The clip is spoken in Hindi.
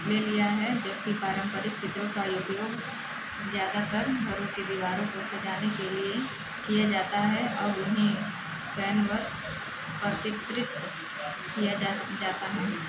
ले लिया है जबकि पारंपरिक चित्रों का उपयोग ज़्यादातर घरों की दीवारों को सजाने के लिए किया जाता है अब उन्हें कैनवस पर चित्रित किया जाता है